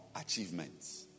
achievements